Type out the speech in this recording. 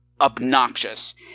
obnoxious